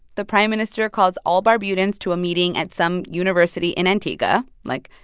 the prime minister calls all barbudans to a meeting at some university in antigua. like,